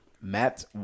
Matt